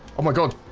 oh my god